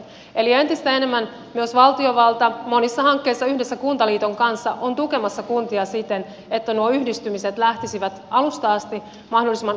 eli entistä enemmän myös valtiovalta monissa hankkeissa yhdessä kuntaliiton kanssa on tukemassa kuntia siten että nuo yhdistymiset lähtisivät alusta asti mahdollisimman onnistuneesti käyntiin